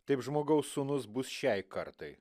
taip žmogaus sūnus bus šiai kartai